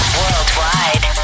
worldwide